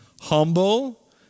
humble